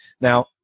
Now